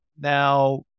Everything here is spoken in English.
now